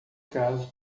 caso